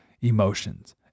emotions